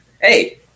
Hey